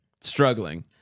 struggling